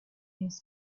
his